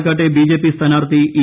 പാലക്കാട്ടെ ബിജെപി സ്ഥാനാർത്ഥി ഇ